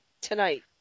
tonight